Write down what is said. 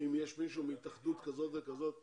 אם יש מישהו מהתאחדות כזאת וכזאת,